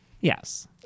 Yes